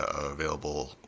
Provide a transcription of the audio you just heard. available